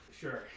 Sure